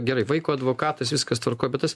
gerai vaiko advokatas viskas tvarkoj bet tas